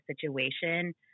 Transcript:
situation